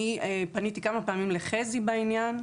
אני פניתי כמה פעמים לחזי בעניין.